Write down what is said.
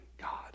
God